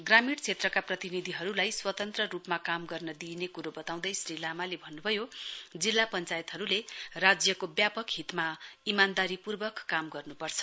ग्रामीण क्षेत्रका प्रतिनिधिहरुलाई स्वतन्त्र रुपमा काम गर्न दिइने कुरो वताउँदै श्री लामाले भन्नुभयो जिल्ला पश्चायतहरुले राज्यको व्यापक हितमा इमानदारीपूर्वक काम गर्नुपर्छ